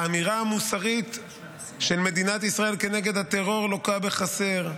האמירה המוסרית של מדינת ישראל כנגד הטרור לוקה בחסר.